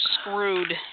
screwed